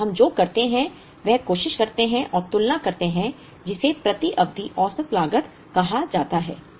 इसलिए हम जो करते हैं वह कोशिश करते हैं और तुलना करते हैं जिसे प्रति अवधि औसत लागत कहा जाता है